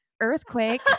earthquake